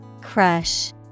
Crush